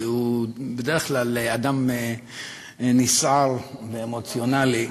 כי הוא בדרך כלל אדם נסער ואמוציונלי,